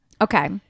Okay